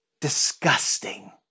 Disgusting